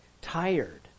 tired